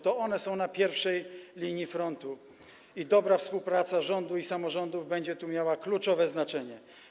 To one są na pierwszej linii frontu i dobra współpraca rządu i samorządów będzie tu miała kluczowe znaczenie.